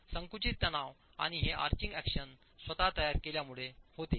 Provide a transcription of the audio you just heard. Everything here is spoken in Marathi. संकुचित तणाव आणि हे आर्चिंग एक्शन स्वतः तयार केल्यामुळे होते